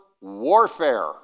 warfare